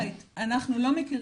אז אני אומרת, אנחנו לא מכירים.